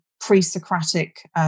pre-Socratic